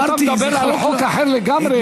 אם אתה מדבר על חוק אחר לגמרי,